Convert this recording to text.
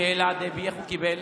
שאלה, דבי, איך הוא קיבל?